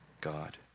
God